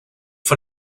von